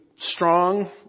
strong